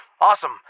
awesome